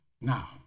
Now